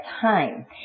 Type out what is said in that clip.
time